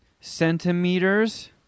centimeters